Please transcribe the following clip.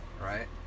Right